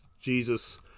Jesus